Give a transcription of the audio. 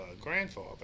grandfather